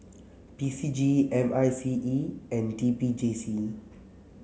P C G M I C E and T P J C